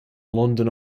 london